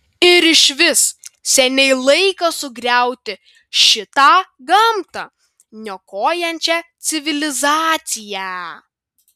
ir išvis seniai laikas sugriauti šitą gamtą niokojančią civilizaciją